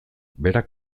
berak